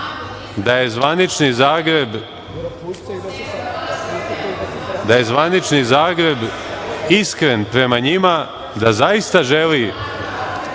da je zvanični Zagreb iskren prema njima, da zaista želi